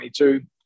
2022